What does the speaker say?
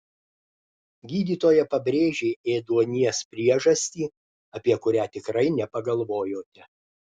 gydytoja pabrėžė ėduonies priežastį apie kurią tikrai nepagalvojote